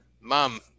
mom